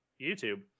youtube